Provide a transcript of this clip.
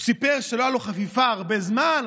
הוא סיפר שלא הייתה לו חפיפה הרבה זמן,